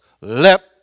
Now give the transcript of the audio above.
let